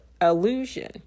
illusion